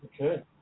okay